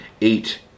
eight